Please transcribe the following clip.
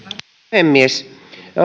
puhemies